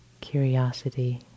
curiosity